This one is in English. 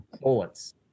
bullets